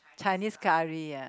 Chinese curry ah